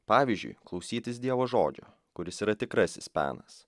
pavyzdžiui klausytis dievo žodžio kuris yra tikrasis penas